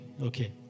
Okay